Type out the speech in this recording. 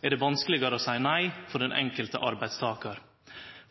er det vanskelegare å seie nei for den enkelte arbeidstakar.